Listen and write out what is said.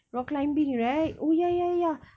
rock climbing right oh ya ya ya